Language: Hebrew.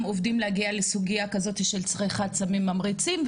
עובדים להגיע לסוגייה כזאת של צריכת סמים ממריצים.